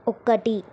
ఒకటి